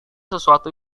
sesuatu